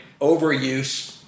overuse